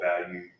value